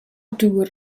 dŵr